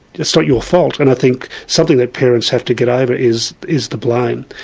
it's not your fault, and i think something that parents have to get over is is the blame.